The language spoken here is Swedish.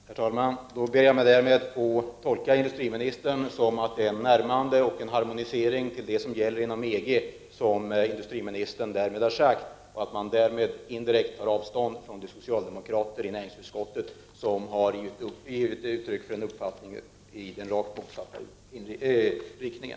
Herr talman! Jag ber därmed att få tolka industriministern som att det pågår ett närmande och en harmonisering till det som gäller inom EG. Därmed tar man indirekt avstånd från de socialdemokrater i näringsutskottet som givit uttryck för en uppfattning i den rakt motsatta riktningen.